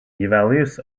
values